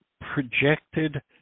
projected